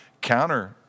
counter-